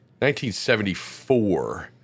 1974